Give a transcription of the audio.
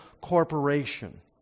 corporation